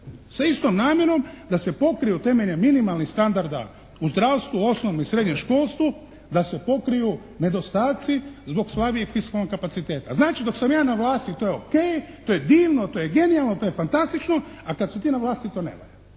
sa istom namjerom da se pokriju temeljem minimalnih standarda u zdravstvu, osnovnom i srednjem školstvu da se pokriju nedostaci zbog slabijeg fiskalnog kapaciteta. Znači dok sam ja na vlasti to je o.k., to je divno, to je genijalno, to je fantastično, a kad si ti na vlasti to ne valja.